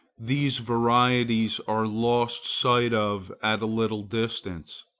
these varieties are lost sight of at a little distance,